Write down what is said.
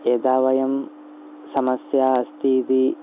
यदा वयं समस्या अस्ति इति